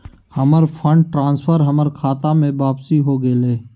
हमर fund transfer हमर खता में वापसी हो गेलय